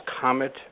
Comet